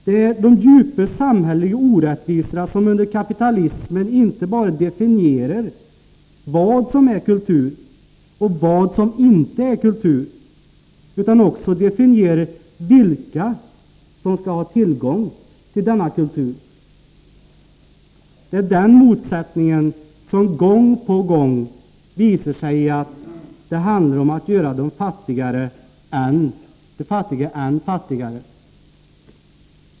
Det är de djupa samhälleliga orättvisorna som under kapitalismen inte bara definierar vad som är kultur och vad som inte är kultur utan också definierar vilka som skall ha tillgång till denna kultur. Det är den motsättningen som gång på gång visar sig i att det handlar om att göra de fattigaste än fattigare.